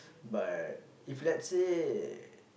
but if let's say